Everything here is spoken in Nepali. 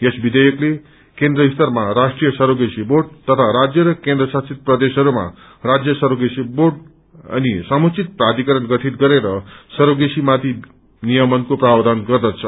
यस विषेयकले केन्द्र स्तरमा राष्ट्रीय सरोगेसी बोर्ड तथा राष्ट्र र केन्द्रशासित प्रदेशहरूमा राज्य सरोगेसी बोर्ड अनि समुचित प्राधिकरण गठित गरेर सरोगेसीमाथि नियमनको प्रावधान गर्दछ